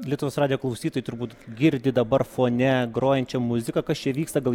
lietuvos radijo klausytojai turbūt girdi dabar fone grojančią muziką kas čia vyksta gal